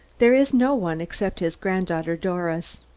there is no one, except his granddaughter, doris.